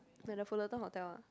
like the Fullerton hotel ah